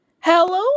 Hello